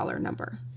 number